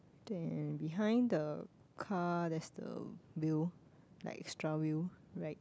then behind the car that's the wheel like extra wheel right